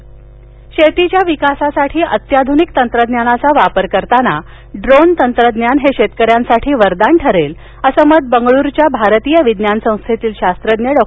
डोन शेतीच्या विकासासाठी अत्याध्निक तंत्रज्ञानाचा वापर करताना ड्रोन तंत्रज्ञान हे शेतकऱ्यांसाठी वरदान ठरेल अस मत बेंगलोरच्या भारतीय विज्ञान संस्थेतील शास्त्रज्ञ डॉ